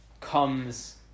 comes